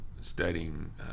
studying